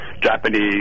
Japanese